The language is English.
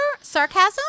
sarcasm